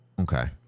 Okay